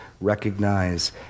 recognize